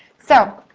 so,